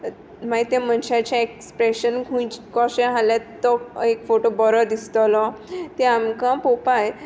मागी त्या मोनशाचें एक्सप्रेशन खूंय कोशे आहलें तो एक फोटो बरो दिसतोलो ते आमकां पोवपा जाय